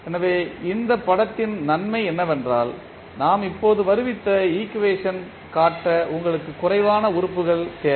எனவே இந்த படத்தின் நன்மை என்னவென்றால் நாம் இப்போது வருவித்த ஈக்குவேஷன் காட்ட உங்களுக்கு குறைவான உறுப்புகள் தேவை